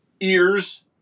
ears